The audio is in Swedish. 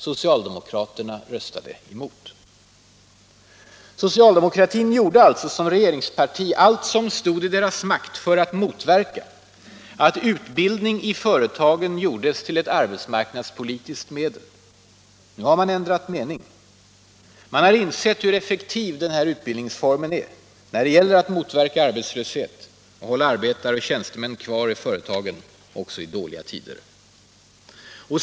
Socialdemokraterna gjorde alltså som regeringsparti allt som stod i deras makt för att motverka att utbildning i företagen gjordes till ett arbetsmarknadspolitiskt medel. Nu har de ändrat uppfattning. De har insett hur effektiv den här utbildningsformen är, när det gäller att motverka arbetslöshet och hålla arbetare och tjänstemän kvar i företagen också i dåliga tider.